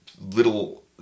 little